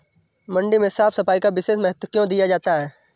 मंडी में साफ सफाई का विशेष महत्व क्यो दिया जाता है?